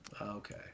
Okay